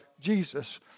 Jesus